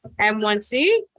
M1C